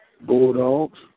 Bulldogs